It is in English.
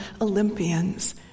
Olympians